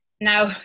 Now